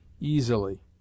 easily